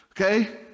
Okay